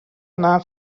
anar